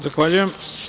Zahvaljujem.